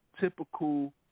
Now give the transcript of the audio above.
typical